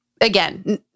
again